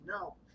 No